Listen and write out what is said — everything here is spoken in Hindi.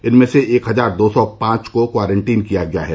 इनमें से एक हजार दो सौ पांच को क्वारंटीन किया गया है